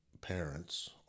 parents